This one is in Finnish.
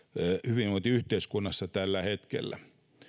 hyvinvointiyhteiskunnassa tällä hetkellä